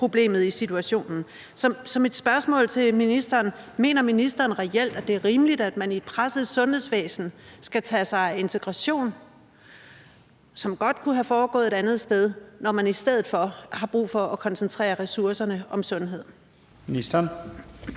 Så mit spørgsmål til ministeren er: Mener ministeren reelt, at det er rimeligt, at man i et presset sundhedsvæsen skal tage sig af integration, som godt kunne være foregået et andet sted, når man i stedet for har brug for at koncentrere ressourcerne om sundhed?